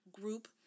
group